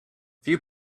few